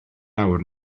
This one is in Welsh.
awr